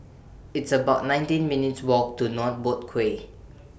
It's about nineteen minutes' Walk to North Boat Quay